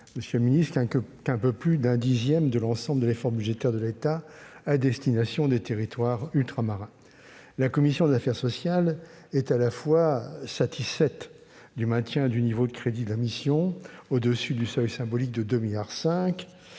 comprennent qu'un peu plus d'un dixième de l'ensemble de l'effort budgétaire de l'État à destination des territoires ultramarins. La commission des affaires sociales est à la fois satisfaite du maintien du niveau des crédits de la mission, au-dessus du seuil symbolique de 2,5 milliards